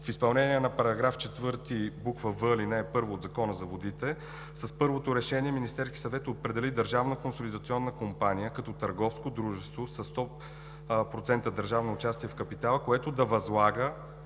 В изпълнение на § 4, буква „в“, ал. 1 от Закона за водите с първото решение Министерският съвет определи Държавна консолидационна компания като търговско дружество със 100% държавно участие в капитала, което да възлага